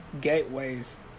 gateways